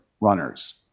runners